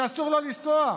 שאסור לא לנסוע.